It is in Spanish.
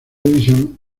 división